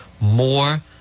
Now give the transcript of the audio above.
more